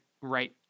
right